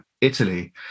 Italy